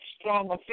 stronger